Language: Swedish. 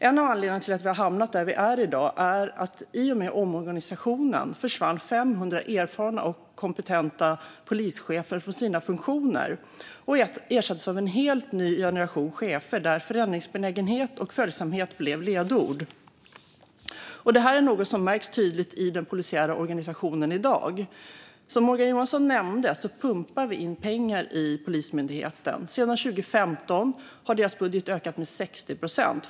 En av anledningarna till att vi har hamnat där vi är i dag är att 500 erfarna och kompetenta polischefer försvann från sina funktioner i och med omorganisationen. De har ersatts av en helt ny generation chefer, där förändringsbenägenhet och följsamhet blev ledord. Det här är något som märks tydligt i den polisiära organisationen i dag. Som Morgan Johansson nämnde pumpar vi in pengar i Polismyndigheten. Sedan 2015 har deras budget ökat med 60 procent.